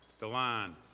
dilan,